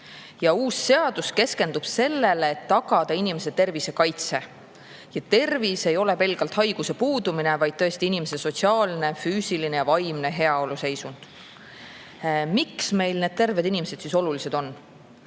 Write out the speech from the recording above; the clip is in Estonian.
ja uus seadus keskendub sellele, et tagada inimeste tervise kaitse. Ja tervis ei ole pelgalt haiguste puudumine, vaid inimese sotsiaalne, füüsiline ja vaimne heaoluseisund. Miks meile terved inimesed olulised on?